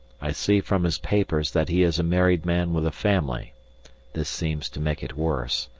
i see from his papers that he is a married man with a family this seems to make it worse.